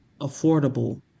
affordable